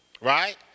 right